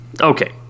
Okay